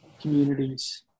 communities